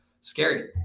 Scary